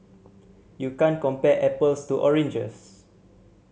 you can't compare apples to oranges